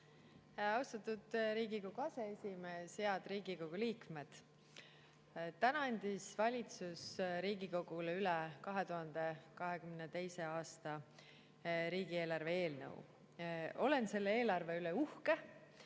Austatud Riigikogu aseesimees! Head Riigikogu liikmed! Täna andis valitsus Riigikogule üle 2022. aasta riigieelarve eelnõu. Olen selle eelarve üle uhke,